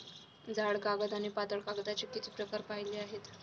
जाड कागद आणि पातळ कागदाचे किती प्रकार पाहिले आहेत?